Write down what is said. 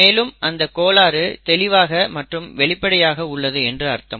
மேலும் அந்த கோளாறு தெளிவாக மற்றும் வெளிப்படையாக உள்ளது என்று அர்த்தம்